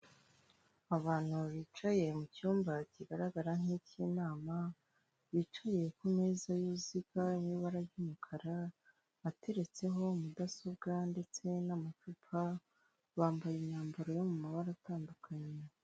Abantu bicaye mu cyumba kigaragara nk'icy'inama, bicaye ku meza y'uruziga y'ibara ry'umukara ateretseho mudasobwa ndetse n'amacupa, bambaye imyambaro yo mu mabara atandukanye.